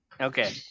Okay